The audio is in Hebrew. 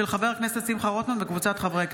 של חבר הכנסת שמחה רוטמן וקבוצת חברי הכנסת.